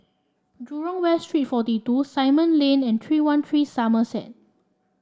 Jurong West Street forty two Simon Lane and three one three Somerset